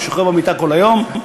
הוא שוכב במיטה כל היום,